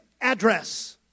address